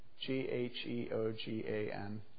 G-H-E-O-G-A-N